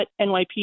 NYPD